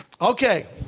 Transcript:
Okay